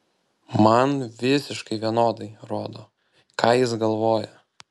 man visiškai vienodai rodo ką jis galvoja